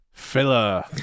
filler